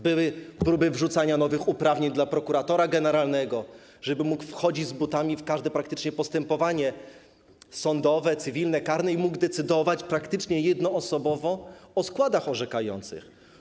Były próby wrzucania nowych uprawnień dla prokuratora generalnego, żeby mógł wchodzić z butami w każde praktycznie postępowanie sądowe, cywilne, karne, by mógł decydować praktycznie jednoosobowo o składach orzekających.